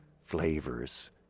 flavors